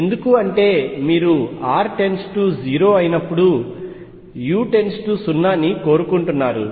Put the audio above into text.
ఎందుకు అంటే మీరు r 0 అయినప్పుడు u 0 ని కోరుకుంటున్నారు